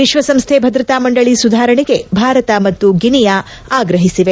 ವಿಶ್ವಸಂಸ್ಥೆ ಭದ್ರತಾ ಮಂಡಳಿ ಸುಧಾರಣೆಗೆ ಭಾರತ ಮತ್ತು ಗಿನಿಯಾ ಆಗ್ರಹಿಸಿದೆ